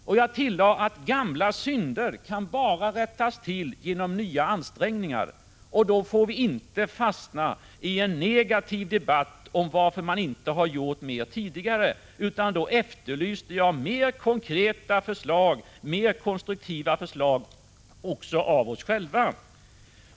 Jag tillade att gamla synder bara kan rättas till genom nya ansträngningar, och då får vi inte fastna i en negativ debatt om varför man inte har gjort mer tidigare. Jag efterlyste i stället konkreta och konstruktiva förslag också av oss själva.